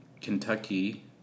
Kentucky